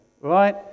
right